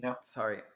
Sorry